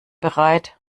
bereit